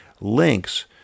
links